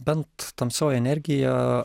bent tamsioji energija